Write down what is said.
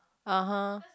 (uh huh)